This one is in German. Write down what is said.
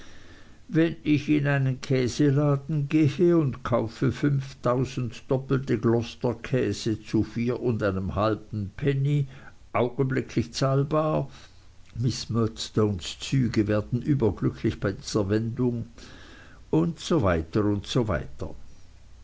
wenn ich in einen käseladen gehe und kaufe fünftausend doppelte gloucesterkäse zu vier und einem halben penny augenblicklich zahlbar miß murdstones züge werden überglücklich bei dieser wendung und so